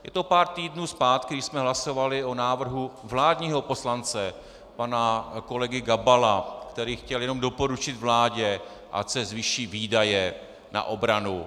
Je to pár týdnů zpátky, kdy jsme hlasovali o návrhu vládního poslance pana kolegy Gabala, který chtěl jenom doporučit vládě, ať se zvýší výdaje na obranu.